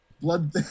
Blood